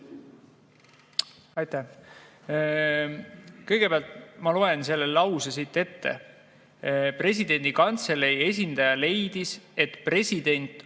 Aitäh! Kõigepealt ma loen selle lause siit ette. Presidendi kantselei esindaja leidis, et president